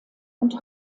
und